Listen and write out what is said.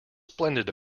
splendid